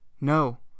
No